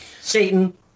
Satan